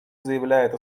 заявляет